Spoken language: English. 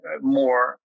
more